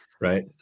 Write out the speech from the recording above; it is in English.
right